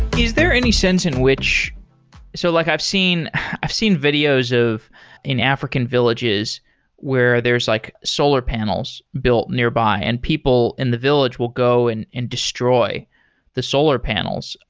is there any sense in which so like i've seen i've seen videos of in african villages where there's like solar panels built nearby, and people in the village will go and and destroy the solar panels,